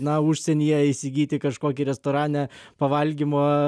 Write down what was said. na užsienyje įsigyti kažkokį restorane pavalgymą